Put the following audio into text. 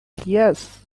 yes